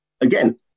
again